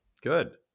Good